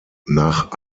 nach